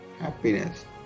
happiness